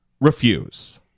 refuse